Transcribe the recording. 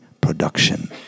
production